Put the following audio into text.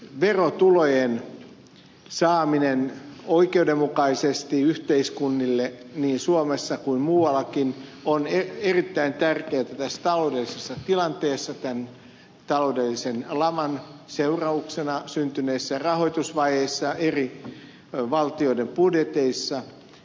verotulojen saaminen oikeudenmukaisesti yhteiskunnille niin suomessa kuin muuallakin on erittäin tärkeätä tässä taloudellisessa tilanteessa tämän taloudellisen laman seurauksena syntyneessä rahoitusvajeessa eri valtioiden budjeteissa